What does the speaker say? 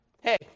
Hey